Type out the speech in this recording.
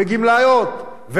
בגמלאות,